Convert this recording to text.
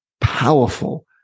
powerful